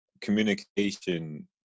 communication